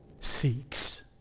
seeks